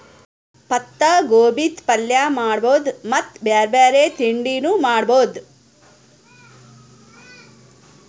ಪತ್ತಾಗೋಬಿದ್ ಪಲ್ಯ ಮಾಡಬಹುದ್ ಮತ್ತ್ ಬ್ಯಾರೆ ಬ್ಯಾರೆ ತಿಂಡಿನೂ ಮಾಡಬಹುದ್